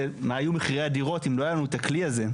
מה היו מחירי הדירות אם לא היה לנו את הכלי הזה?